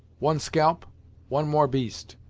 one scalp one more beast.